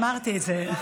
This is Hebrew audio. אמרתי את זה.